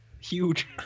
Huge